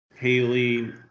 Haley